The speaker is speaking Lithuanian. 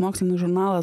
mokslinis žurnalas